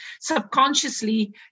subconsciously